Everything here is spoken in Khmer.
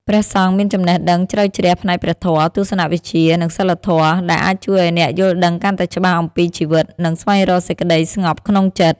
ព្រះសង្ឃមានចំណេះដឹងជ្រៅជ្រះផ្នែកព្រះធម៌ ទស្សនវិជ្ជា និងសីលធម៌ ដែលអាចជួយអ្នកឱ្យយល់ដឹងកាន់តែច្បាស់អំពីជីវិត និងស្វែងរកសេចក្តីស្ងប់ក្នុងចិត្ត។